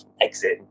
exit